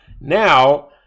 Now